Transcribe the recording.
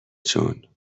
جون